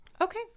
okay